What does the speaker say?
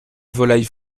volaille